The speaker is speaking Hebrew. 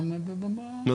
לא,